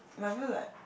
no I feel like